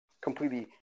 completely